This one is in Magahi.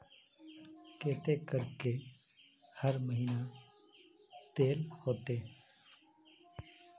केते करके हर महीना देल होते?